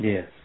Yes